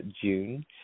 June